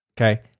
Okay